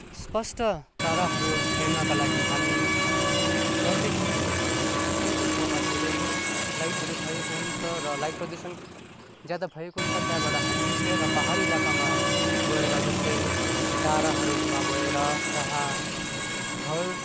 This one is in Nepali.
स्पष्ट ताराहरू हेर्नका लागि हामी घरदेखि जुन चाहिँ ठाउँ धेरै लाइटहरू भएको हुन्छ र लाइट प्रदुषण ज्यादा भएको हुन्छ र त्यहाँबाट हामी निस्केर पहाडी इलाकामा गएर जस्तै डाँडाहरूमा गएर जहाँ घर